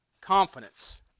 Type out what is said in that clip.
confidence